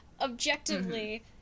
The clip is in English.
objectively